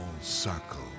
circle